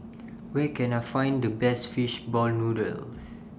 Where Can I Find The Best Fish Ball Noodles